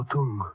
Tung